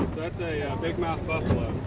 that's a bigmouth buffalo.